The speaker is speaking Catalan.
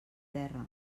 terra